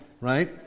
right